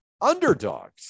underdogs